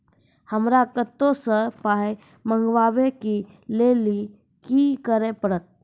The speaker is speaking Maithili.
हमरा कतौ सअ पाय मंगावै कऽ लेल की करे पड़त?